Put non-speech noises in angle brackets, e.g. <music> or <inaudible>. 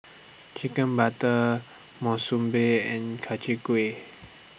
Chicken Butter Monsunabe and <unintelligible> Gui